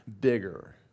bigger